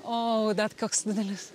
o dar koks didelis